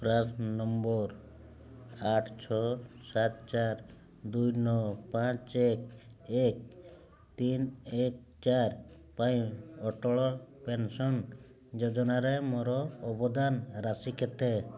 PRAN number ଆଠ ଛଅ ସାତ ଚାରି ଦୁଇ ନଅ ପାଞ୍ଚ ଏକ ଏକ ତିନି ଏକ ଚାରି ପାଇଁ ଅଟଳ ପେନ୍ସନ୍ ଯୋଜନାରେ ମୋର ଅବଦାନ ରାଶି କେତେ